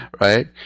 right